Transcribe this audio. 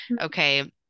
okay